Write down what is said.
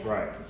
Right